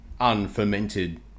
unfermented